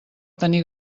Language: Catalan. tenir